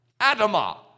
adama